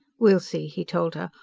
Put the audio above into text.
we'll see, he told her.